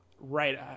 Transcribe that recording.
right